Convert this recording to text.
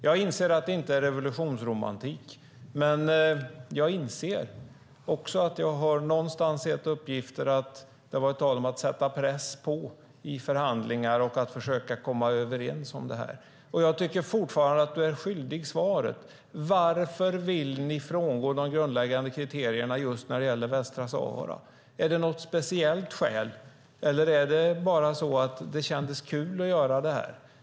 Jag inser att det inte är revolutionsromantik, men någonstans har jag sett uppgifter om att det har varit tal om att sätta press i förhandlingar och att försöka komma överens om det här. Jag tycker fortfarande att du är svaret skyldig. Varför vill ni frångå de grundläggande kriterierna just när det gäller Västsahara? Är det något speciellt skäl, eller är det bara så att det kändes kul att göra det här?